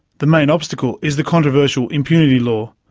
the main obstacle is the controversial impunity law,